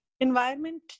environment